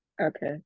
Okay